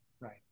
Right